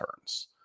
turns